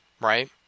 right